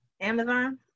Amazon